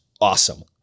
awesome